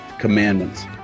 Commandments